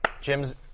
Jim's